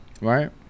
Right